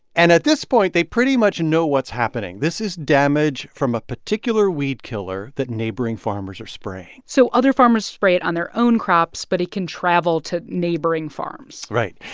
and at this point, they pretty much know what's happening. this is damage from a particular weedkiller that neighboring farmers are spraying so other farmers spray it on their own crops, but it can travel to neighboring farms right.